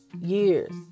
years